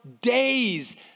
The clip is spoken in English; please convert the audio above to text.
days